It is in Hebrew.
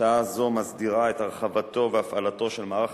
הצעה זו מסדירה את הרחבתו והפעלתו של מערך